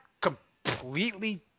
completely